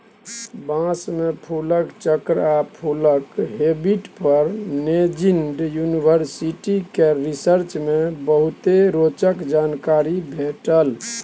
बाँस मे फुलक चक्र आ फुलक हैबिट पर नैजिंड युनिवर्सिटी केर रिसर्च मे बहुते रोचक जानकारी भेटल